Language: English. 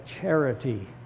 charity